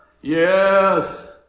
Yes